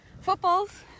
footballs